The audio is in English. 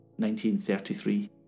1933